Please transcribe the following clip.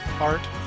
art